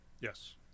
Yes